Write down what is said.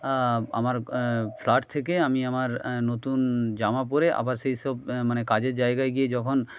আমার ফ্ল্যাট থেকে আমি আমার নতুন জামা পড়ে আবার সেই সব মানে কাজের জায়গায় গিয়ে যখন